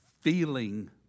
feeling